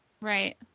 Right